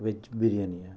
veg biryani